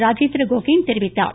ராஜேந்திர கோகைன் தெரிவித்துள்ளார்